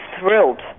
thrilled